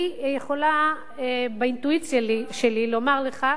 אני יכולה באינטואיציה שלי לומר לך,